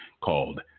called